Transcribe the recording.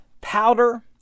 powder